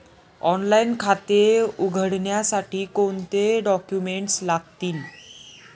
Online खाते उघडण्यासाठी कोणते डॉक्युमेंट्स लागतील?